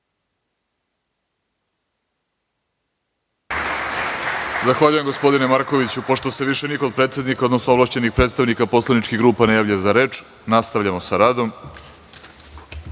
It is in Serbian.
Zahvaljujem, gospodine Markoviću. Pošto se više niko od predsednika, odnosno ovlašćenih predstavnika poslaničkih grupa ne javlja za reč, nastavljamo sa